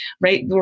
right